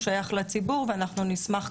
הוא שייך לציבור ואנחנו נשמח,